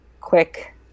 quick